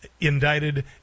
indicted